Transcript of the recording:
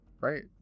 Right